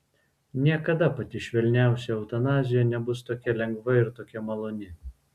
niekada pati švelniausia eutanazija nebus tokia lengva ir tokia maloni